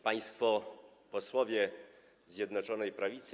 Państwo Posłowie Zjednoczonej Prawicy!